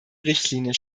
richtlinie